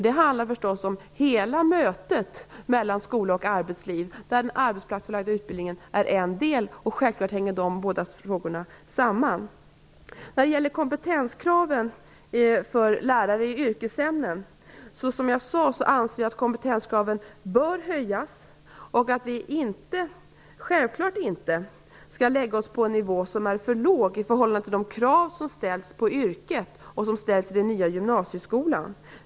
Det handlar om hela mötet mellan skola och arbetsliv, där den arbetsplatsförlagda utbildningen är en del, och självklart hänger de båda frågorna samman. När det gäller kompetenskraven för lärare i yrkesämnen anser jag, som jag tidigare sade, att kompetenskraven bör höjas. Vi skall självfallet inte lägga oss på en nivå som är för låg i förhållande till de krav som ställs i yrket och i den nya gymnasieskolan.